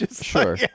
Sure